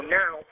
now